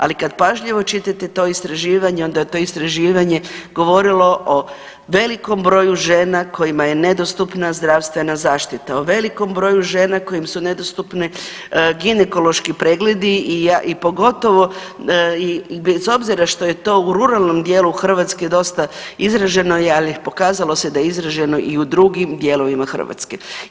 Ali kad pažljivo čitate to istraživanje onda je to istraživanje govorilo o velikom broju žena kojima je nedostupna zdravstvena zaštita, o velikom broju žena kojim su nedostupni ginekološki pregledi i bez obzira što je to u ruralnom dijelu Hrvatske dosta izraženo, ali pokazalo se da je izraženo i u drugim dijelovima Hrvatske.